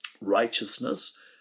righteousness